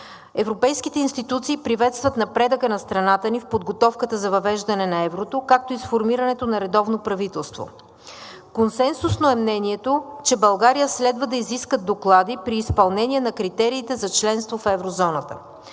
Европейските институции приветстват напредъка на страната ни в подготовката за въвеждане на еврото, както и сформирането на редовно правителство. Консенсусно е мнението, че България следва да изиска доклади при изпълнение на критериите за членство в еврозоната.